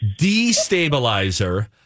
Destabilizer